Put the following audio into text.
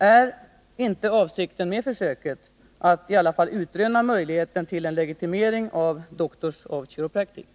Är inte avsikten med försöket att utröna möjligheten till en legitimering av Doctors of Chiropractic?